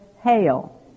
Hail